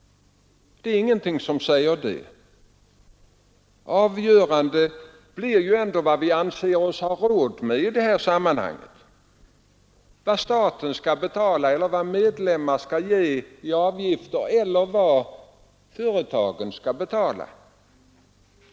Det är ingenting som säger det. Avgörande blir ju ändå vad vi anser oss ha råd med, vad staten skall betala eller vad medlemmar skall ge i avgifter eller vad företagen skall betala.